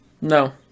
No